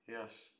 yes